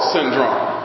Syndrome